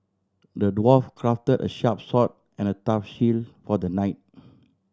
the dwarf crafted a sharp sword and a tough shield for the knight